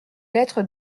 lettres